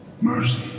mercy